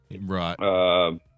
right